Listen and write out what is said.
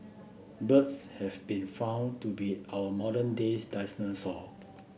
birds have been found to be our modern days dinosaur